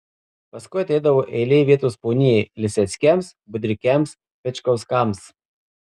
paskui ateidavo eilė vietos ponijai liseckiams budrikiams pečkauskams